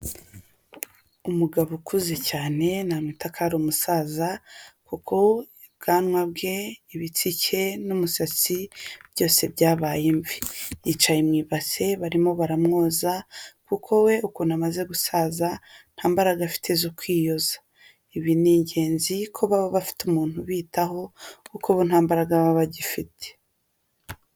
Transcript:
Umugabo ukuze cyane namwita ko ri umusaza bwe, ibitsike n'umusatsi byose byabaye imvi yicaye mu ibase barimo baramwoza kuko we ukuntu amaze gusaza nta mbaraga afite zo kwiyoza. Ibi ni ingenzi kuko baba bafite umuntu ubitaho kuko bo nta mbaraga baba bagifite.